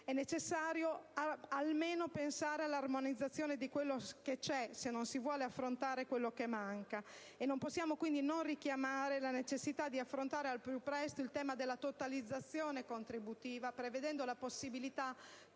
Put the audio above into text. è necessario affrontare almeno l'armonizzazione di quello che c'è, se non si vuole affrontare quello che manca. Non possiamo quindi non richiamare la necessità di affrontare al più presto il tema della totalizzazione contributiva, prevedendo la possibilità